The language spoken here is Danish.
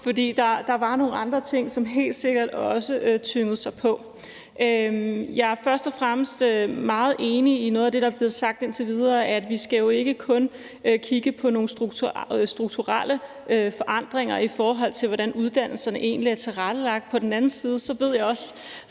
der var nogle andre ting, som helt sikkert også trængte sig på. Jeg er først og fremmest meget enig i noget af det, der er blevet sagt indtil videre, nemlig at vi jo ikke kun skal kigge på nogle strukturelle forandringer, i forhold til hvordan uddannelserne egentlig er tilrettelagt. På den anden side har jeg også